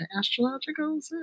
astrologicals